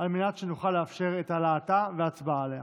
על מנת שנוכל לאפשר את העלאתה והצבעה עליה.